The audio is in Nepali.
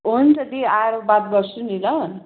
हुन्छ दिदी आएर बात गर्छु नि ल